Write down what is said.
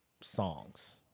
songs